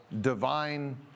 divine